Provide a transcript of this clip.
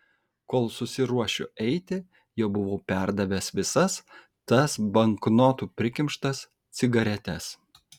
kol susiruošiu eiti jau buvau perdavęs visas tas banknotų prikimštas cigaretes